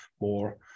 more